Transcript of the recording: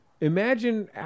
imagine